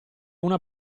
una